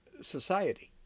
society